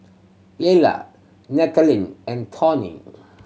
Lela Nathaniel and Torry